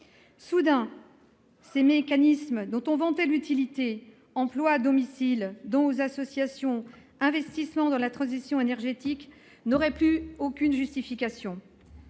Soudain, ces mécanismes dont on vantait l'utilité- emplois à domicile, dons aux associations, investissements dans la transition énergétique -n'auraient plus aucune justification.